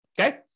okay